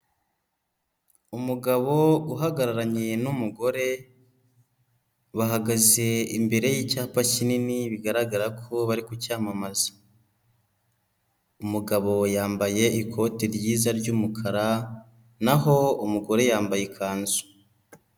Umugabo uhagararanye n'umugore bahagaze imbere y'icyapa kinini bigaragara ko bari kucyamamaza, umugabo yambaye ikoti ryiza ry'umukara naho umugore yambaye ikanzu.